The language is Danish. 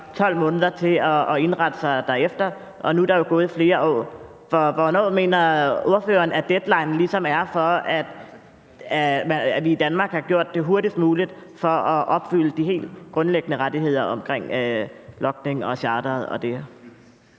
12 måneder til at indrette sig derefter, og nu er der jo gået flere år. Hvornår mener ordføreren at deadline ligesom er for, at vi i Danmark har gjort det hurtigst muligt for at opfylde de helt grundlæggende rettigheder omkring logning og charteret?